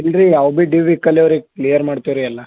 ಇಲ್ರಿ ಯಾವ ಬಿ ಡ್ಯು ಇಕ್ಕಲಿವ ರೀ ಕ್ಲಿಯರ್ ಮಾಡ್ತೀವಿ ರೀ ಎಲ್ಲ